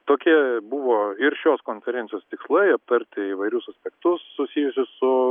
tokie buvo ir šios konferencijos tikslai aptarti įvairius aspektus susijusius su